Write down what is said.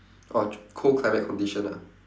orh cold climate condition ah